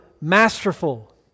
masterful